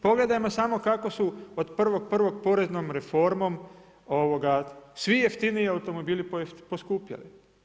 Pogledajmo samo kako su od 1.1. poreznom reformom svi jeftiniji automobili poskupjeli.